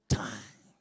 time